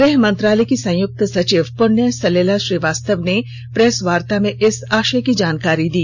गृह मंत्रालय की संयुक्त सचिव पृण्य सलीला श्रीवास्तव ने प्रेसवार्ता में इस आषय की जानकारी दी